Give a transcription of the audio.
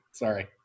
Sorry